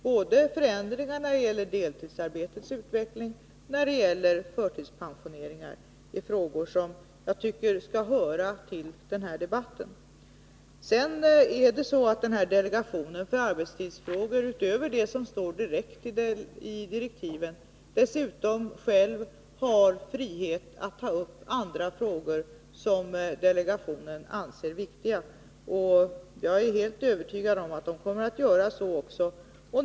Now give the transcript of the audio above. Både förändringar av deltidsarbetets utveckling och frågan om förtidspensioneringar är sådant som jag tycker skall höra till den här debatten. Sedan är det så att delegationen för arbetstidsfrågor har friheten att — utöver det som står direkt i direktiven — ta upp andra frågor som delegationen själv anser viktiga. Jag är helt övertygad om att man kommer att göra det också.